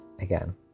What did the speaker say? again